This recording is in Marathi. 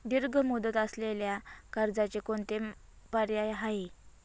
दीर्घ मुदत असलेल्या कर्जाचे कोणते पर्याय आहे?